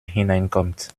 hineinkommt